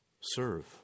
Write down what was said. serve